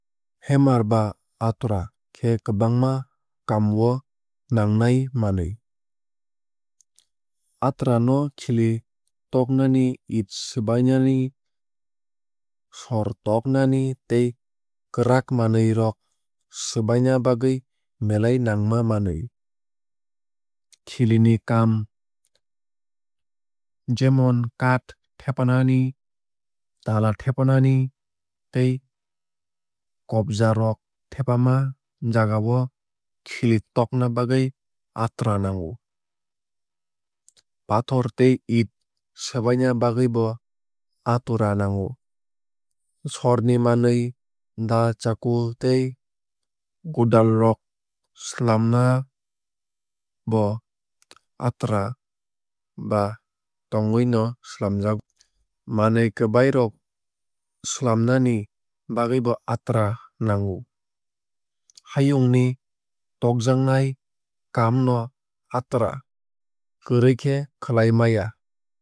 Hammer ba atura khe kwbangma kaam o nangnai manwui. Atura no khili tognani eet swbainani sor toknani tei kwrak manwui rok swbaina bagwui belai nangma manwui. Khili ni kaam jemon kaath thepanani tala thepaani tei kobja rok thepama jagao khili tokna bagwui atura nango. Pathor tei eet swbaina bagwui bo atura nango. Sorni manwui daa chakku tei godal rok swlamna bo atura ba togwui no swlamjago. Manwui kwbai rok swlamnani bagwui bo atura nango. Hayung ni tokjaknai kaam no atura kwrwui khe khwlai maya.